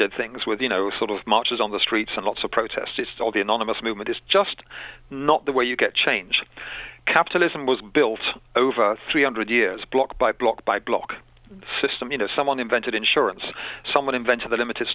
did things with you know sort of marches on the streets and lots of protests all the anonymous movement is just not the way you get change capitalism was built over three hundred years block by block by block system you know someone invented insurance someone invented a limited